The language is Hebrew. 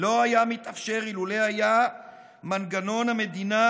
לא היה מתאפשר אילולא היה מנגנון המדינה